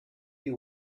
you